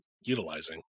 utilizing